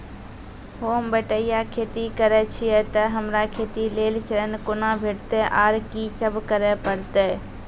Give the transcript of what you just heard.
होम बटैया खेती करै छियै तऽ हमरा खेती लेल ऋण कुना भेंटते, आर कि सब करें परतै?